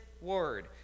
word